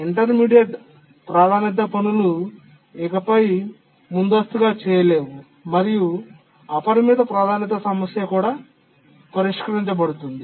intermediate ప్రాధాన్యత పనులు ఇకపై ముందస్తు గా చేయలేవు మరియు అపరిమిత ప్రాధాన్యత సమస్య కూడా పరిష్కరించబడుతుంది